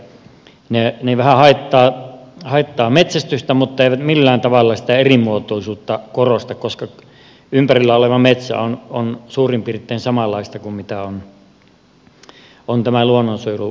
elikkä ne vähän haittaavat metsästystä mutta eivät millään tavalla sitä erimuotoisuutta korosta koska ympärillä oleva metsä on suurin piirtein samanlaista kuin mitä on tämä luonnonsuojelumetsä